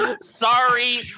Sorry